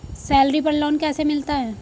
Salary पर loan कैसे मिलता है?